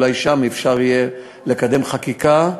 אולי שם אפשר יהיה לקדם חקיקה.